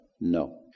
no